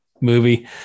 movie